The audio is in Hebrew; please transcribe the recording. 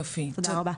תודה רבה.